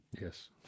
Yes